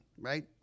right